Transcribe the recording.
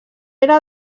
era